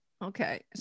Okay